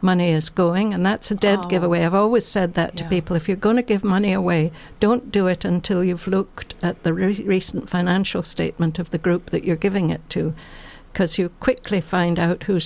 money is going and that's a dead giveaway have always said that people if you're going to give money away don't do it until you've looked at the recent financial statement of the group that you're give it too because you quickly find out who